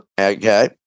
Okay